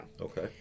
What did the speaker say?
Okay